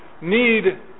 need